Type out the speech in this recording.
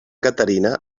caterina